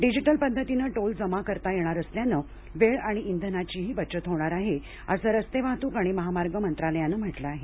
digital पद्धतीनं toll जमा करता येणार असल्यानं वेळ आणि इंधनाचीही बचत होणार आहे असं रस्ते वाहतूक आणि महामार्ग मंत्रालयानं म्हटलं आहे